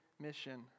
mission